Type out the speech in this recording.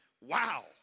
wow